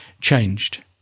changed